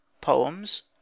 Poems